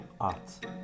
art